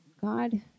God